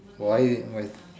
why eh why